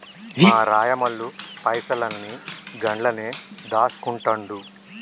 మా రాయమల్లు పైసలన్ని గండ్లనే దాస్కుంటండు